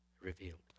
revealed